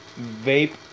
vape